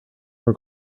were